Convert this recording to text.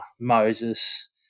Moses